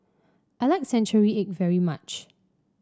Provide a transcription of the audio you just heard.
I like Century Egg very much